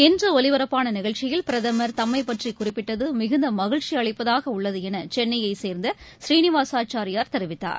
இன்றுஒலிபரப்பானநிகழ்ச்சியில் பிரதமர் தம்மைபற்றிகுறிப்பிட்டது மிகுந்தமகிழ்ச்சிஅளிப்பதாகஉள்ளதுஎனசென்னையைசேர்ந்த ஸ்ரீனிவாசச்சாரியார் தெரிவித்தார்